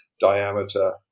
diameter